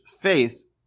faith